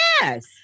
Yes